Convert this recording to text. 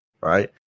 right